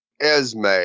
Esme